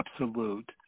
absolute